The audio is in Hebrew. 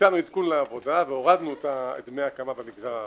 ביצענו עדכון לעבודה והורדנו את דמי ההקמה במגזר ההררי.